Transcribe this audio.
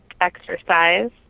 exercise